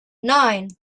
nine